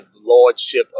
lordship